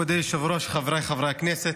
מכובדי היושב-ראש, חבריי חברי הכנסת,